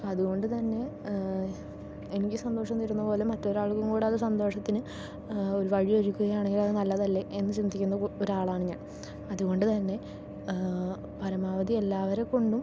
അത് കൊണ്ടുതന്നെ എനിക്ക് സന്തോഷം തരുന്നപോലെ മറ്റൊരാൾക്കുംകൂടി അത് സന്തോഷത്തിന് ഒരു വഴി ഒരുക്കുകയാണെങ്കിൽ അത് നല്ലതല്ലെ എന്ന് ചിന്തിക്കുന്ന ഒരാളാണ് ഞാൻ അതുകൊണ്ടുതന്നെ പരമാവധി എല്ലാവരെക്കൊണ്ടും